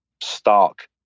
stark